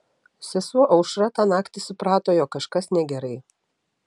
sesuo aušra tą naktį suprato jog kažkas negerai